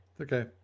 Okay